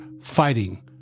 fighting